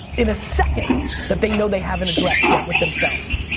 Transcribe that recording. in a second that they know they haven't addressed yet with themselves.